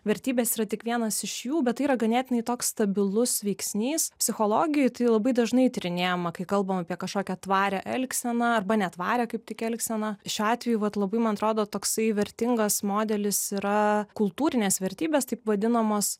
vertybės yra tik vienas iš jų bet tai yra ganėtinai toks stabilus veiksnys psichologijoj tai labai dažnai tyrinėjama kai kalbam apie kažkokią tvarią elgseną arba netvarią kaip tik elgseną šiuo atveju vat labai man atrodo toksai vertingas modelis yra kultūrinės vertybės taip vadinamos